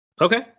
Okay